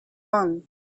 one